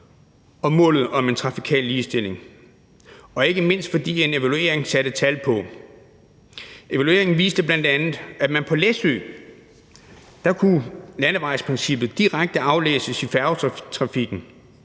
og målet om en trafikal ligestilling, ikke mindst fordi en evaluering satte tal på. Evalueringen viste bl.a., at på Læsø kunne landevejsprincippet direkte aflæses i færgetrafikken,